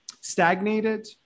stagnated